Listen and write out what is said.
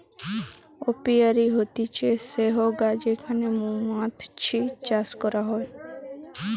apiary হতিছে সেহগা যেখানে মৌমাতছি চাষ করা হয়